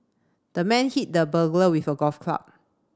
the man hit the burglar with a golf club